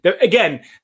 Again